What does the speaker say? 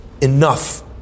enough